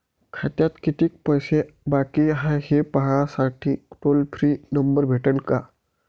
खात्यात कितीकं पैसे बाकी हाय, हे पाहासाठी टोल फ्री नंबर भेटन का?